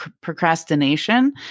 procrastination